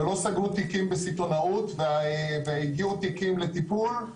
לא סגרו תיקים בסיטונאות, והגיעו תיקים לטיפול.